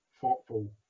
thoughtful